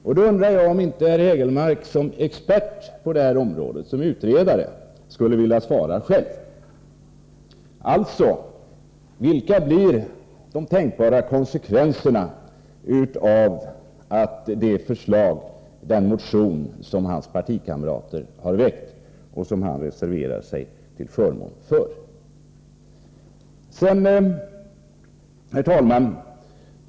Jag undrar om herr Hägelmark som expert och utredare på detta område skulle vilja svara själv: Vilka blir de tänkbara konsekvenserna av förslagen i den motion som hans partikamrater har väckt och som han reserverar sig till förmån för? Herr talman!